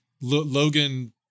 Logan